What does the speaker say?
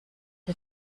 dir